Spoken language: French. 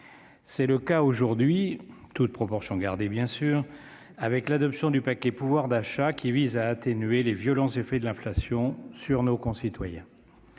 C'est le cas aujourd'hui, toutes proportions gardées bien sûr, avec l'adoption du paquet pouvoir d'achat, qui vise à atténuer les violents effets de l'inflation sur nos concitoyens.